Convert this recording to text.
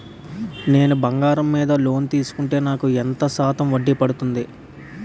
నేను బంగారం మీద లోన్ తీసుకుంటే నాకు ఎంత శాతం వడ్డీ పడుతుంది?